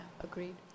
agreed